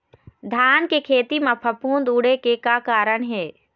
धान के खेती म फफूंद उड़े के का कारण हे?